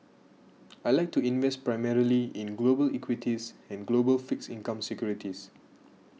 I like to invest primarily in global equities and global fixed income securities